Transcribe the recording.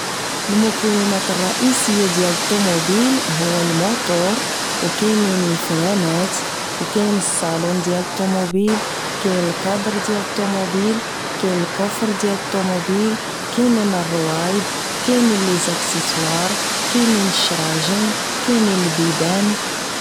المكونات الرئيسية ديال الطوموبيل هو الموتور و كاينين الفرانات وكاين الصالون ديال الطموبيل كاين الكادر ديال الطموبيل كاين الكوفر ديال الطوموبيل كاينين الروايض كاينين لزاكسيسوار كاينين الشراجم كاينين البيبان